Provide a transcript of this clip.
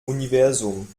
universum